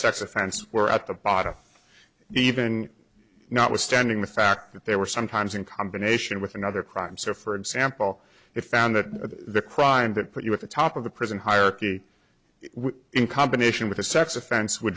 sex offense were at the bottom even notwithstanding the fact that they were sometimes in combination with another crime so for example if found that the crime that put you at the top of the prison hierarchy in combination with a sex offense would